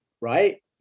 right